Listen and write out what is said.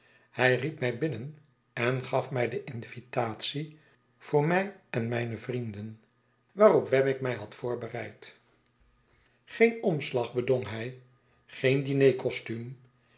hij riep mij binnen en gaf mij de invitatie voor mij en mijne vrienden waarop wemmick mij had voorbereid geen omslag bedong hij geen